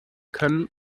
können